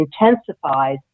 intensifies